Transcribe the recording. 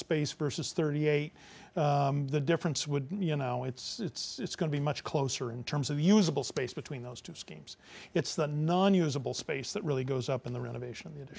space versus thirty eight the difference would you know it's it's it's going to be much closer in terms of usable space between those two schemes it's the non usable space that really goes up in the renovation